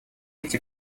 эти